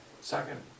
Second